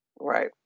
Right